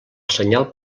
senyal